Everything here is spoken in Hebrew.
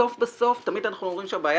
בסוף בסוף תמיד אנחנו אומרים שהבעיה